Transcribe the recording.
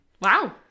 Wow